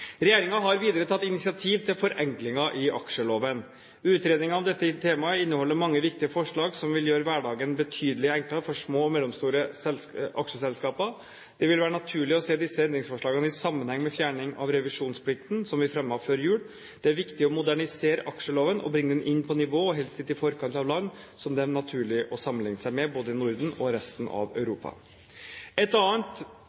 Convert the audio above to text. har videre tatt initiativ til forenklinger i aksjeloven. Utredningen om dette temaet inneholder mange viktige forslag som vil gjøre hverdagen betydelig enklere for små og mellomstore aksjeselskaper. Det vil være naturlig å se disse endringsforslagene i sammenheng med fjerningen av revisjonsplikt, som vi fremmet før jul. Det er viktig å modernisere aksjeloven og bringe den inn på nivå med – og helst litt i forkant av – land som det er naturlig å sammenligne seg med både i Norden og resten av